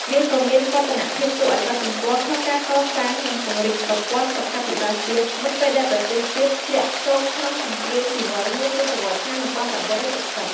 វាក៏មានវឌ្ឍនភាពគួរឱ្យកត់សម្គាល់ក្នុងការកសាង និងពង្រីកប្រព័ន្ធសុខាភិបាលជាតិមុនពេលដែលប្រទេសជាតិធ្លាក់ចូលក្នុង សង្គ្រាមស៊ីវិលនាទសវត្សរ៍ឆ្នាំ១៩៧០។